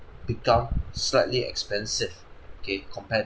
become slightly expensive okay compared